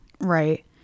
Right